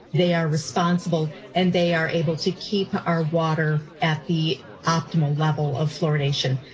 they are responsible and they are able to keep our water at the optimal level of fluoridation.